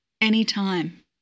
anytime